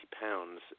pounds